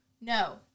No